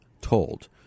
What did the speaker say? told